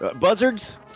Buzzards